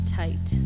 tight